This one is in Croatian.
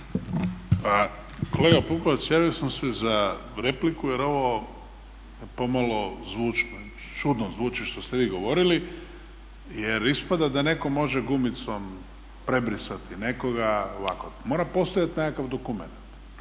kolega Pupovac javio sam se za repliku jer ovo pomalo čudno zvuči što ste vi govorili jer ispada da netko može gumicom prebrisati nekoga. Mora postojati nekakav dokument.